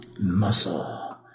muscle